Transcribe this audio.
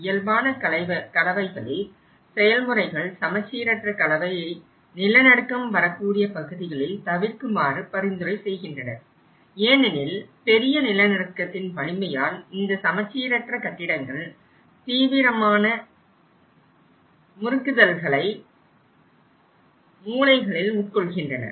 இயல்பான கலவைகளில் செயல்முறைகள் சமச்சீரற்ற கலவையை நிலநடுக்கம் வரக்கூடிய பகுதிகளில் தவிர்க்குமாறு பரிந்துரை செய்கின்றனர் ஏனெனில் பெரிய நிலநடுக்கத்தின் வலிமையால் இந்த சமச்சீரற்ற கட்டிடங்கள் தீவிரமான முறுக்குதல்களை மூலைகளில் உட்கொள்கின்றன